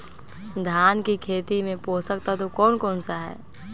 धान की खेती में पोषक तत्व कौन कौन सा है?